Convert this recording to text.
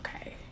Okay